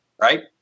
right